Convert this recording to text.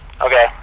Okay